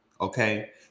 okay